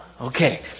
Okay